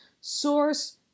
Source